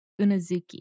Unazuki